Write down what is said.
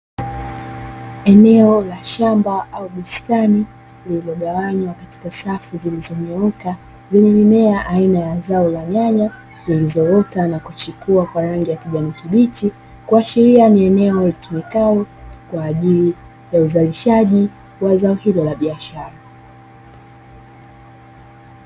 Eneo la shamba au bustani lililogawanywa katika safu zilizonyooka, zenye mimea aina ya zao la nyanya zilizoota na kuchipua kwa rangi ya kijani kibichi, kuashiria ni eneo litumikalo kwa ajili ya uzalishaji wa zao hilo la biashara.